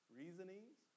reasonings